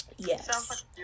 Yes